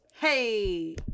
Hey